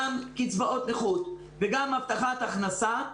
גם קצבאות נכות וגם הבטחת הכנסה.